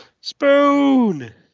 Spoon